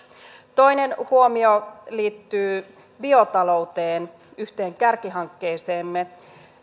toinen huomio liittyy biotalouteen yhteen kärkihankkeeseemme todellakin